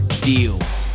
deals